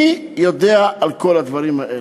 מי יודע על כל הדברים האלה?